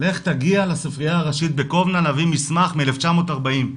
לך תגיע לספריה הראשית בקובנה, להביא מסמך מ-1940,